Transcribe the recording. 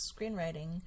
screenwriting